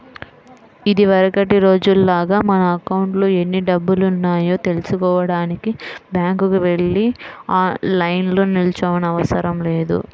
ఇదివరకటి రోజుల్లాగా మన అకౌంట్లో ఎన్ని డబ్బులున్నాయో తెల్సుకోడానికి బ్యాంకుకి వెళ్లి లైన్లో నిల్చోనవసరం లేదు